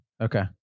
Okay